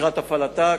לקראת הפעלתה,